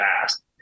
fast